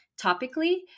topically